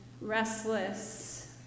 restless